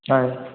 হয়